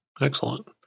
Excellent